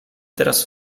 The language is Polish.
teraz